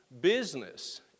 business